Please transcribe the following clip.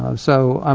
um so,